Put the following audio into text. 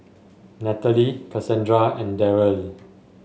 Nathaly Casandra and Darryle